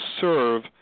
serve